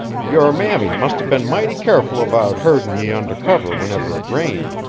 your mammy must a been mighty keerful about herdin' ye under cover whenever it rained.